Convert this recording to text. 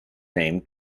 name